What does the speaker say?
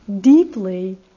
deeply